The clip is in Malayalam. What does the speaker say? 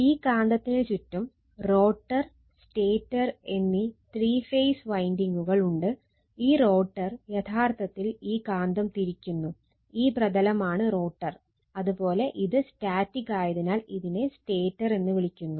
ഈ കാന്തത്തിന് ചുറ്റും റോട്ടർ ആയതിനാൽ ഇതിനെ സ്റ്റേറ്റർ എന്ന് വിളിക്കുന്നു